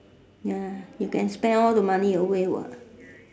ya you can spend all the money away what